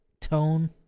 tone